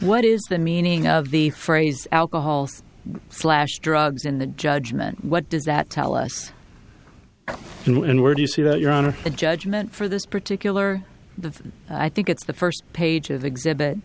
what is the meaning of the phrase alcohol slash drugs in the judgment what does that tell us and where do you see that your own judgment for this particular the i think it's the first page of exhibit